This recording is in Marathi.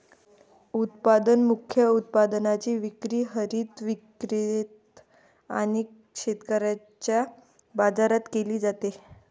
उत्पादन मुख्य उत्पादनाची विक्री हरित विक्रेते आणि शेतकऱ्यांच्या बाजारात केली जाते